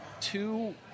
two